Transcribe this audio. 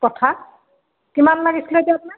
কঠা কিমান লাগিছিলে এতিয়া আপোনাক